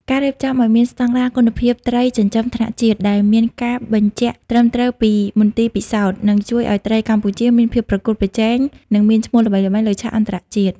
ការរៀបចំឱ្យមានស្តង់ដារគុណភាពត្រីចិញ្ចឹមថ្នាក់ជាតិ ដែលមានការបញ្ជាក់ត្រឹមត្រូវពីមន្ទីរពិសោធន៍ នឹងជួយឱ្យត្រីកម្ពុជាមានភាពប្រកួតប្រជែង និងមានឈ្មោះល្បីល្បាញលើឆាកអន្តរជាតិ។